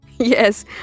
Yes